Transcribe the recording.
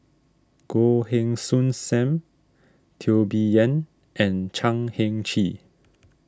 Goh Heng Soon Sam Teo Bee Yen and Chan Heng Chee